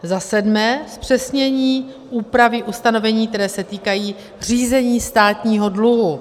7. zpřesnění úpravy ustanovení, která se týkají řízení státního dluhu.